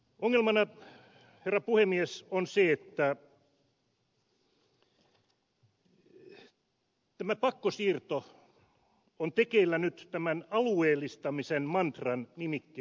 ongelmana herra puhemies on se että tämä pakkosiirto on tekeillä nyt tämän alueellistamisen mantran nimikkeen alla